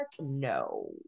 no